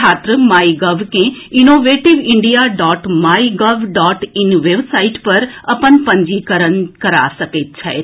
छात्र MyGov के innovative India dot MyGov dot in website पर अपन पंजीकरण करा सकैत छथि